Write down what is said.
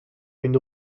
une